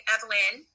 Evelyn